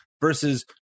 Versus